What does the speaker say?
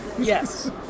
Yes